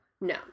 No